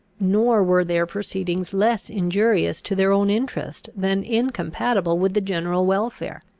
nor were their proceedings less injurious to their own interest than incompatible with the general welfare.